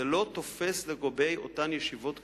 זה לא תופס לגבי אותן ישיבות קטנות,